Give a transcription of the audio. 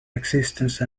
existence